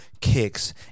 kicks